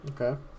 Okay